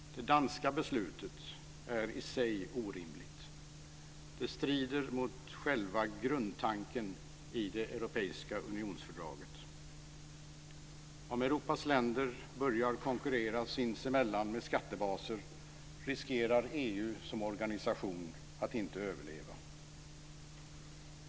Det danska beslutet är i sig orimligt; det strider mot själva grundtanken i det europeiska unionsfördraget. Om Europas länder börjar konkurrera sinsemellan med skattebaser riskerar EU som organisation att inte överleva.